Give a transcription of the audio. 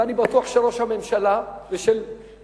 ואני בטוח של ראש הממשלה ושל ידידי